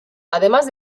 además